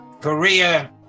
Korea